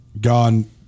gone